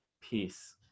peace